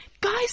Guys